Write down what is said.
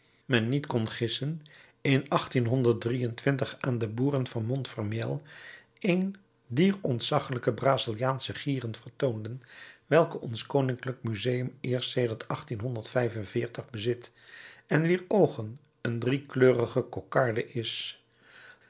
men niet kon gissen in aan de boeren van montfermeil een dier ontzaggelijke braziliaansche gieren vertoonden welke ons koninklijk museum eerst sedert bezit en wier oogen een driekleurige kokarde is